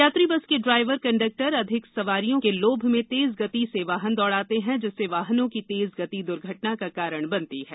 यात्री बस के driver conductor अधिक सवारियों के लोम में तेज गति से वाहन दौड़ाते हैं जिससे वाहनों की तेज गति द्र्घटना का कारण बनती है